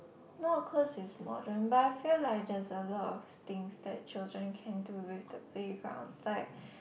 now of course is modern but I feel like there's a lot of things that children can do with the playgrounds like